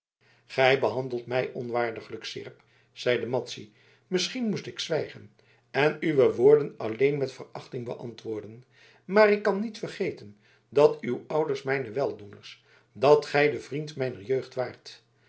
gij behandelt mij onwaardiglijk seerp zeide madzy misschien moest ik zwijgen en uwe woorden alleen met verachting beantwoorden maar ik kan niet vergeten dat uw ouders mijne weldoeners dat gij de vriend mijner jeugd waart